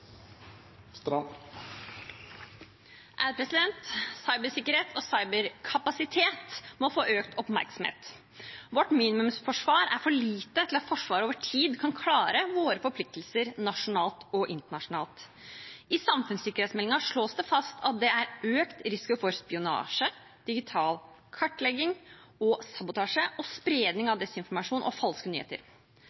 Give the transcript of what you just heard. Cybersikkerhet og cyberkapasitet må få økt oppmerksomhet. Vårt minimumsforsvar er for lite til at Forsvaret over tid gjør at vi kan klare våre forpliktelser nasjonalt og internasjonalt. I samfunnssikkerhetsmeldingen slås det fast at det er økt risiko for spionasje, digital kartlegging og sabotasje, og spredning